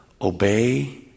obey